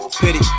Pity